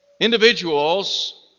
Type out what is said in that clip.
Individuals